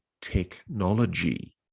technology